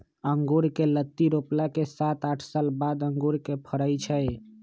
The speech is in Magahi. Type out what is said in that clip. अँगुर कें लत्ति रोपला के सात आठ साल बाद अंगुर के फरइ छइ